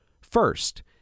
First